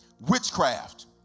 Witchcraft